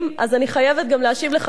אז אני חייבת גם להשיב לחברי,